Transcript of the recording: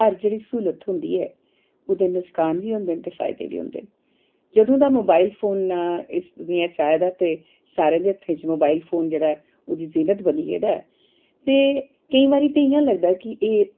हर जेह्ड़ी स्हूलत थ्होंदी ऐ ओह्दे नसकान बी होंदे न ते फायदे बी होंदे न जदूं दा मोबाइल फोन इस दुनिया च आए दा ते सारें दे हत्थें च मोबाइल फोन जेह्ड़ा ऐ ओह्दी जिल्लत बनी गेदा ऐ ते केईं बारी ते एह् इं'या लगदा कि एह्